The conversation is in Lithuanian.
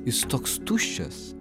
jis toks tuščias